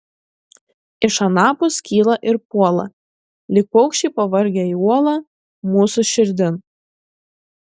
iš anapus kyla ir puola lyg paukščiai pavargę į uolą mūsų širdin